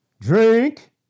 Drink